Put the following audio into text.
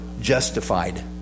justified